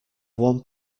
one